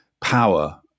power